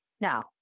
Now